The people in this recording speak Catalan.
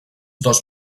dos